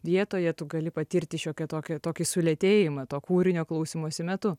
vietoje tu gali patirti šiokią tokią tokį sulėtėjimą to kūrinio klausymosi metu